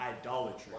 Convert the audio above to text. idolatry